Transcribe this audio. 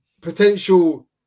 potential